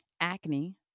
Acne